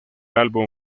álbum